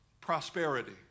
prosperity